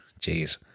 Jeez